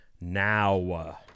now